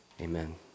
amen